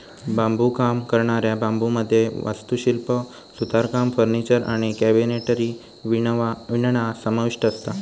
बांबुकाम करणाऱ्या बांबुमध्ये वास्तुशिल्प, सुतारकाम, फर्निचर आणि कॅबिनेटरी विणणा समाविष्ठ असता